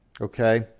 okay